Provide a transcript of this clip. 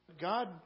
God